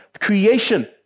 creation